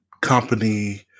company